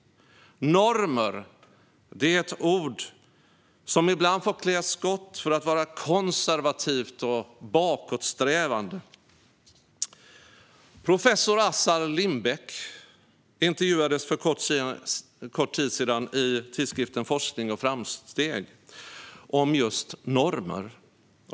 Normer är ett ord som ibland får klä skott för att vara konservativt och bakåtsträvande. Professor Assar Lindbeck intervjuades för en kort tid sedan i tidskriften Forskning & Framsteg om just normer.